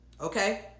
Okay